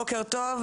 בוקר טוב,